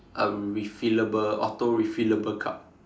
a refillable auto refillable cup